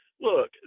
look